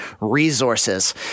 resources